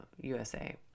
USA